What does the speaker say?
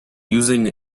using